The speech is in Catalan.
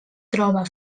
troba